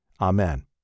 Amen